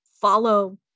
follow